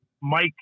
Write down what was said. Mike